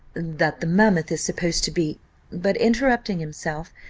that the mammoth is supposed to be but interrupting himself,